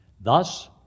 Thus